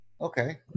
Okay